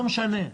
לא משנה,